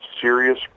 serious